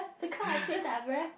because I feel that I very